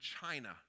China